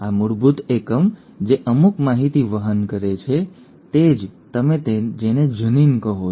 આ મૂળભૂત એકમ જે અમુક માહિતી વહન કરે છે તે જ તમે જેને જનીન કહો છો